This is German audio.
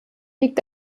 liegt